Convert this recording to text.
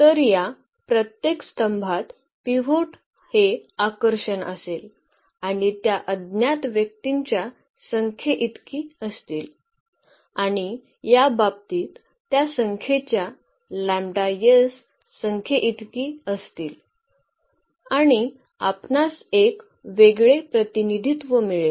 तर या प्रत्येक स्तंभात पिव्होट हे आकर्षण असेल आणि त्या अज्ञात व्यक्तींच्या संख्येइतकी असतील आणि या बाबतीत त्या संख्येच्या s संख्येइतकी असतील आणि आपणास एक वेगळे प्रतिनिधित्व मिळेल